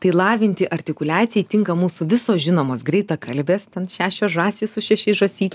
tai lavinti artikuliacijai tinka mūsų visos žinomos greitakalbės ten šešios žąsys su šešiais žąsyt